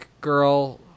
girl